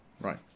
right